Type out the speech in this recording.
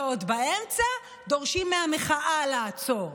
ועוד באמצע דורשים מהמחאה לעצור.